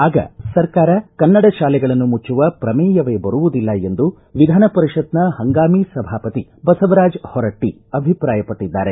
ಆಗ ಸರ್ಕಾರ ಕನ್ನಡ ಶಾಲೆಗಳನ್ನು ಮುಚ್ಚುವ ಪ್ರಮೇಯವೇ ಬರುವುದಿಲ್ಲ ಎಂದು ವಿಧಾನ ಪರಿಷತ್ನ ಹಂಗಾಮಿ ಸಭಾಪತಿ ಬಸವರಾಜ ಹೊರಟ್ಟ ಅಭಿಪ್ರಾಯಪಟ್ಟದ್ದಾರೆ